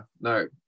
No